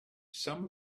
some